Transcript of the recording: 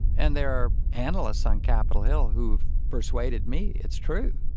and there are analysts on capitol hill who've persuaded me it's true,